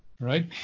right